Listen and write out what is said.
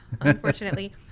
unfortunately